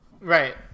Right